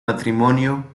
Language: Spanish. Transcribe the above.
matrimonio